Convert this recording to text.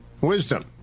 Wisdom